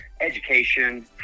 education